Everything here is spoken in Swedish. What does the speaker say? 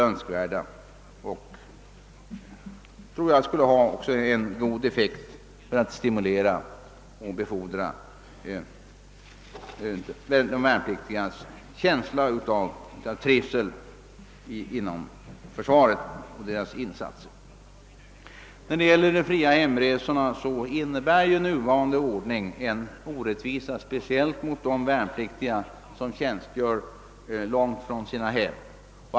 Jag tror att sådana förbättringar även skulle ha en god effekt när det gäller att stimulera och befordra de värnpliktigas insatser inom försvaret och deras känsla av trivsel. Den nuvarande ordningen för fria hemresor innebär en orättvisa speciellt mot de värnpliktiga som tjänstgör långt från sina hem.